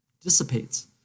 dissipates